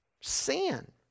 Sin